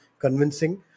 convincing